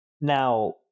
now